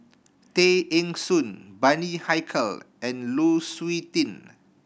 Tay Eng Soon Bani Haykal and Lu Suitin